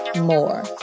more